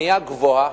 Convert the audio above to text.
לבנייה גבוהה,